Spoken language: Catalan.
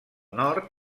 nord